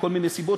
מכל מיני סיבות,